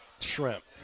shrimp